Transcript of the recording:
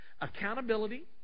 Accountability